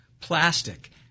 plastic